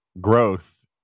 growth